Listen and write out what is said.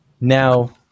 Now